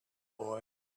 boy